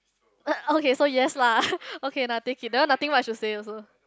uh okay so yes lah okay now take it that one nothing much to say also